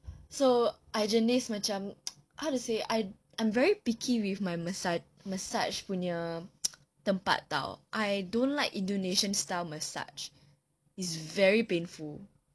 so I jenis macam how to say I'm very picky with my massage massage punya tempat [tau] I don't like indonesian style massage it's very painful